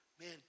Man